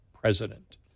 president